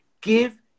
Give